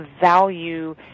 value